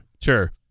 Sure